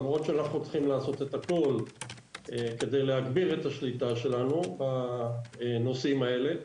למרות שאנחנו צריכים לעשות הכל כדי להגביר את השליטה שלנו בנושאים האלה.